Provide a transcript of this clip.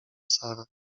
sara